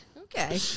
Okay